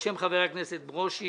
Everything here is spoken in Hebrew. בשם חבר הכנסת איתן ברושי,